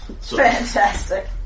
Fantastic